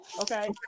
okay